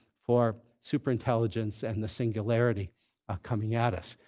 for super intelligence and the singularity coming at us.